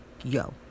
yo